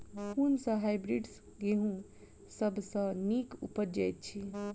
कुन सँ हायब्रिडस गेंहूँ सब सँ नीक उपज देय अछि?